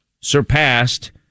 surpassed